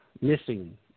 missing